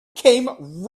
came